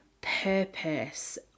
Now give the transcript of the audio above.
purpose